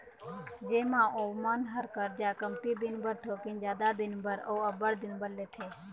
जेमा ओमन ह करजा कमती दिन बर, थोकिन जादा दिन बर, अउ अब्बड़ दिन बर लेथे